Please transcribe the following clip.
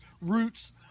roots